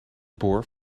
boor